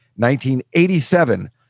1987